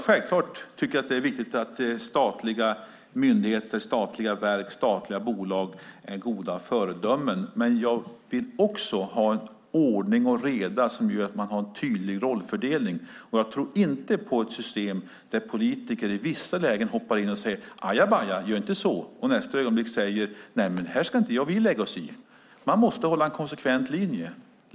Självklart tycker jag att det är viktigt att statliga myndigheter, statliga verk och statliga bolag är goda föredömen, men jag vill också ha ordning och reda så att man har en tydlig rollfördelning. Jag tror inte på ett system där politiker i vissa lägen hoppar in och säger ajabaja, gör inte så, och i nästa ögonblick säger att det här ska vi inte lägga oss i. Man måste ha en konsekvent linje.